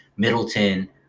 middleton